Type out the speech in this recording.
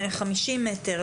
50 מטרים,